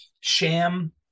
sham